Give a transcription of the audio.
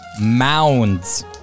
mounds